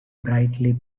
brightly